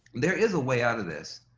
there is a way out of this.